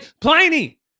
Pliny